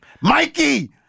Mikey